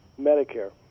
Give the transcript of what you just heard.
Medicare